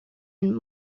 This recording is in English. and